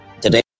Today